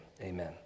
amen